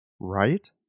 right